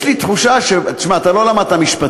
יש לי תחושה של תשמע, אתה לא למדת משפטים,